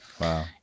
Wow